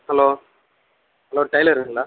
hello hello டெய்லருங்களா